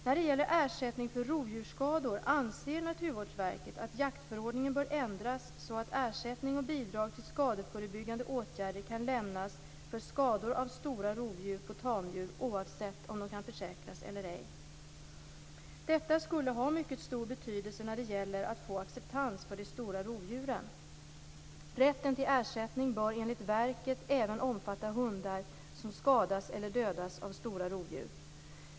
När det gäller ersättning för rovdjursskador anser Naturvårdsverket att jaktförordningen bör ändras så att ersättning och bidrag till skadeförebyggande åtgärder kan lämnas för skador av stora rovdjur på tamdjur, oavsett om de kan försäkras eller ej. Detta skulle ha mycket stor betydelse när det gäller att få acceptans för de stora rovdjuren. Rätten till ersättning bör enligt verket även omfatta hundar som skadas eller dödas av stora rovdjur.